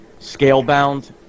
Scalebound